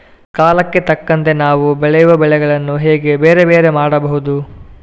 ಕಾಲಕ್ಕೆ ತಕ್ಕಂತೆ ನಾವು ಬೆಳೆಯುವ ಬೆಳೆಗಳನ್ನು ಹೇಗೆ ಬೇರೆ ಬೇರೆ ಮಾಡಬಹುದು?